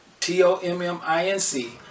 T-O-M-M-I-N-C